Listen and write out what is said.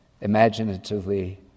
imaginatively